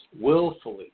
willfully